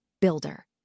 builder